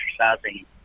exercising